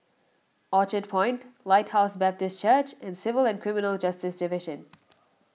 Orchard Point Lighthouse Baptist Church and Civil and Criminal Justice Division